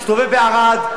להסתובב בערד,